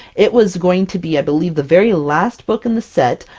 it was going to be, i believe, the very last book in the set,